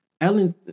Ellen